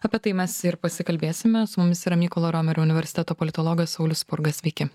apie tai mes ir pasikalbėsime su mumis yra mykolo riomerio universiteto politologas saulius spurga sveiki